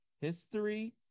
history